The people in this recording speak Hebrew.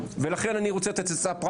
ולכן אני רוצה לתת עצה פרקטית בפורום המכובד.